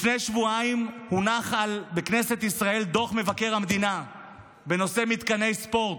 לפני שבועיים הונח בכנסת ישראל דוח מבקר המדינה בנושא מתקני ספורט.